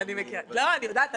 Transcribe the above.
הציבור והרגולטורים,